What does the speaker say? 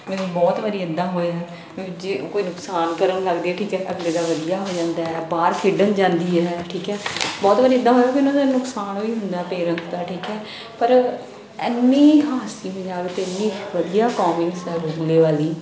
means ਬਹੁਤ ਵਾਰ ਇੱਦਾਂ ਹੋਇਆ ਜੇ ਕੋਈ ਨੁਕਸਾਨ ਕਰਨ ਲੱਗਦੀ ਹੈ ਠੀਕ ਹੈ ਅਗਲੇ ਦਾ ਵਧੀਆ ਹੋ ਜਾਂਦਾ ਬਾਹਰ ਖੇਡਣ ਜਾਂਦੀ ਹੈ ਠੀਕ ਹੈ ਬਹੁਤ ਵਾਰ ਇੱਦਾਂ ਹੋਇਆ ਕਿ ਉਹਨਾਂ ਦਾ ਨੁਕਸਾਨ ਵੀ ਹੁੰਦਾ ਪੇਰੈਂਟਸ ਦਾ ਠੀਕ ਹੈ ਪਰ ਇੰਨੀ ਹਾਸੀ ਮਜ਼ਾਕ ਅਤੇ ਇੰਨੀ ਵਧੀਆ ਕੌਮੀਕਸ ਹੈ ਵਾਲੀ